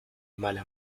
mala